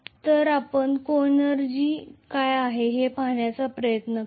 तर आपण सह ऊर्जाको एनर्जी काय आहे ते पाहण्याचा प्रयत्न करूया